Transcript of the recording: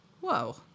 Whoa